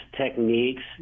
techniques